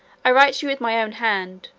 i write to you with my own hand,